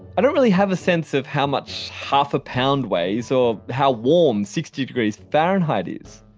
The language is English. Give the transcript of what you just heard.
i don't really have a sense of how much half a pound weighs or how warm sixty degrees fahrenheit is,